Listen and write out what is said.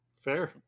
Fair